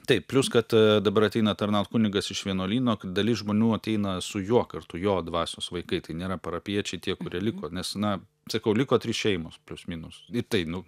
taip plius kad dabar ateina tarnaut kunigas iš vienuolyno dalis žmonių ateina su juo kartu jo dvasios vaikai tai nėra parapijiečiai tie kurie liko nes na sakau liko trys šeimos plius minus tai nu